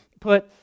put